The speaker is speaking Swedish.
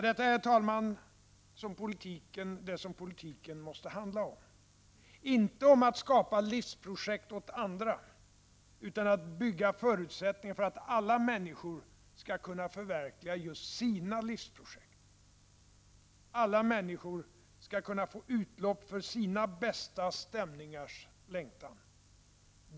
Det är, herr talman, detta som politiken måste handla om, inte om att skapa livsprojekt åt andra utan om att bygga förutsättningar för att alla människor skall kunna förverkliga just sina livsprojekt. Alla människor skall kunna få utlopp för sina bästa stämningars längtan.